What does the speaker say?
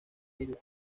isla